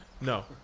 No